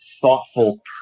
thoughtful